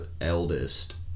eldest